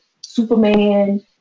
Superman